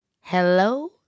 Hello